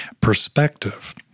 perspective